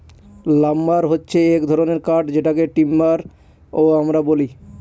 lumber হছে এক ধরনের কাঠ যেটাকে টিম্বার ও আমরা বলি